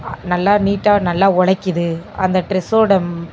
நல்லா நீட்டாக நல்லா உழைக்கிது அந்த டிரெஸ்ஸோட